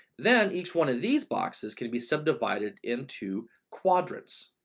then each one of these boxes can be subdivided into quadrants,